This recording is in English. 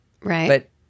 Right